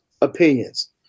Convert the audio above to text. opinions